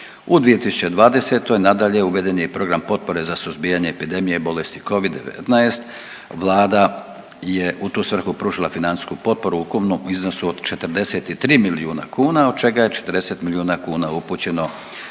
U 2020. nadalje uveden je i program potpore za suzbijanje epidemije bolesti Covid-19, Vlada je u tu svrhu pružila financijsku potporu ukupnom iznosu od 43 milijuna kuna, od čega je 40 milijuna kuna upućeno